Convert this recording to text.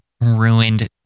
ruined